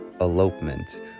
elopement